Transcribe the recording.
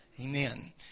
Amen